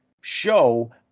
show